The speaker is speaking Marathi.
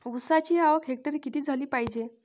ऊसाची आवक हेक्टरी किती झाली पायजे?